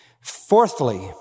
Fourthly